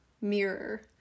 mirror